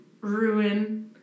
ruin